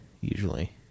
usually